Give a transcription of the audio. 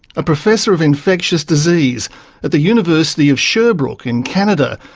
ah professor of infectious disease at the university of sherbrooke in canada,